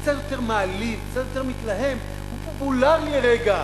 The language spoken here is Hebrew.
קצת יותר מעליב, קצת יותר מתלהם, הוא פופולרי רגע.